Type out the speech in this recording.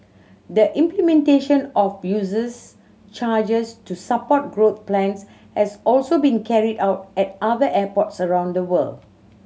the implementation of users charges to support growth plans has also been carried out at other airports around the world